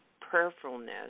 prayerfulness